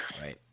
Right